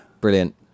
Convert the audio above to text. brilliant